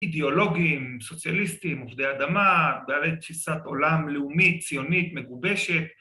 ‫אידיאולוגים, סוציאליסטים, עובדי אדמה, ‫בעלי תפיסת עולם לאומית, ‫ציונית, מגובשת.